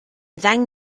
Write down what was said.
ddeng